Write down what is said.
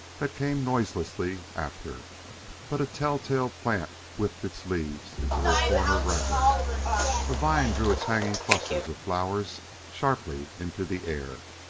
that came noiselessly after but a tell-tale plant whipped its leaves into their former wrapping a vine drew its hanging clusters of flowers sharply into the air.